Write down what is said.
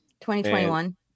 2021